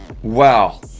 Wow